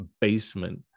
basement